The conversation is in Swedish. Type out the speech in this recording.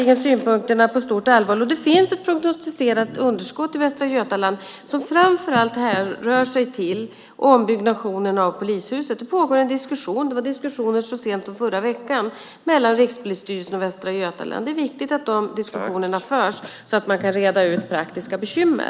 Jag tar synpunkterna på stort allvar. Det finns ett prognostiserat underskott i Västra Götaland som framför allt härrör från ombyggnationen av polishuset. Det pågår en diskussion - det var diskussioner så sent som i förra veckan - mellan Rikspolisstyrelsen och Västra Götaland. Det är viktigt att dessa diskussioner förs så att man kan reda ut praktiska bekymmer.